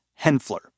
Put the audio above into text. Henfler